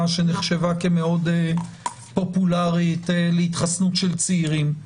שנחשבה כמאוד פופולרית להתחסנות של צעירים.